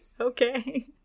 okay